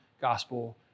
gospel